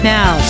Now